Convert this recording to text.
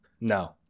No